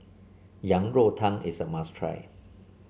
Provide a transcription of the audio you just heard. Yang Rou Tang is a must try